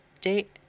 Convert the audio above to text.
date